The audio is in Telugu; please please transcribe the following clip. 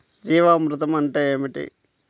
జీవామృతం అంటే ఏమిటి?